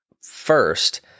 first